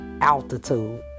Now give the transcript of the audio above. altitude